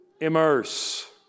immerse